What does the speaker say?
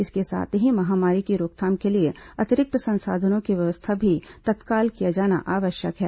इसके साथ ही महामारी की रोकथाम के लिए अतिरिक्त संसाधनों की व्यवस्था भी तत्काल किया जाना आवश्यक है